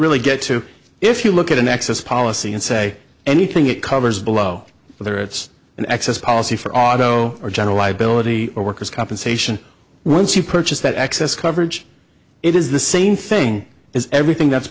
really get to if you look at an excess policy and say anything it covers below whether it's an excess policy for auto or general liability or workers compensation once you purchase that access coverage it is the same thing as everything that's